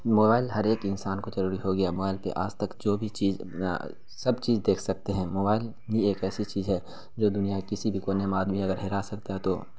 mobile ہر ایک انسان کو ضروری ہو گیا موائل پہ آج تک جو بھی چیز سب چیز دیکھ سکتے ہیں موائل ہی ایک ایسی چیز ہے جو دنیا کے کسی بھی کونے میں آدمی اگر سکتا ہے تو